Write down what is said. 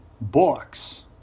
books